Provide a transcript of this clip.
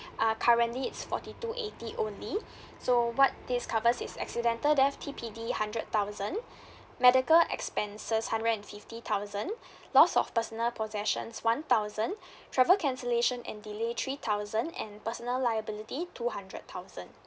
uh currently it's forty two eighty only so what this covers is accidental death T_P_D hundred thousand medical expenses hundred and fifty thousand loss of personal possessions one thousand travel cancellation and delay three thousand and personal liability two hundred thousand